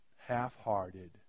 half-hearted